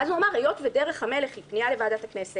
ואז הוא אמר: היות שדרך המלך היא פנייה לוועדת הכנסת,